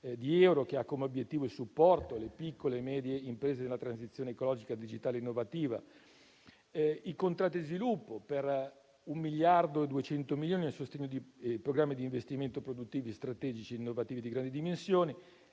di euro e che ha come obiettivo il supporto alle piccole e medie imprese nella transizione ecologica digitale e innovativa; i contratti di sviluppo per 1,2 miliardi di euro a sostegno di programmi di investimento produttivi strategici e innovativi di grandi dimensioni;